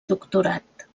doctorat